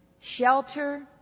shelter